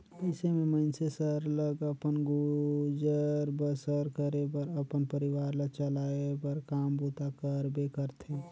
अइसे में मइनसे सरलग अपन गुजर बसर करे बर अपन परिवार ल चलाए बर काम बूता करबे करथे